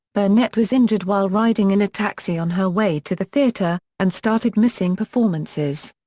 burnett was injured while riding in a taxi on her way to the theatre, and started missing performances.